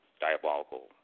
diabolical